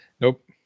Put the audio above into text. Nope